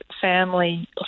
family